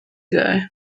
ago